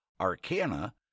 Arcana